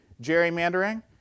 gerrymandering